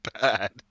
bad